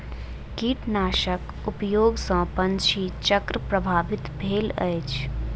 कीटनाशक उपयोग सॅ पंछी चक्र प्रभावित भेल अछि